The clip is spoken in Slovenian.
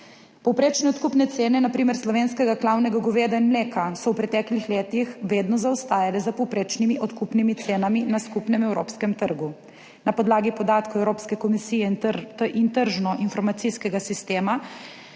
Povprečne odkupne cene na primer slovenskega glavnega goveda in mleka so v preteklih letih vedno zaostajale za povprečnimi odkupnimi cenami na skupnem evropskem trgu. Na podlagi podatkov evropske komisije in tržno informacijskega sistema